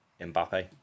Mbappe